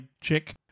chick